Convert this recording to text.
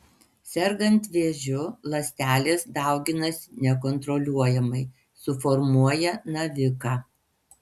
sergant vėžiu ląstelės dauginasi nekontroliuojamai suformuoja naviką